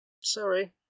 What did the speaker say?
Sorry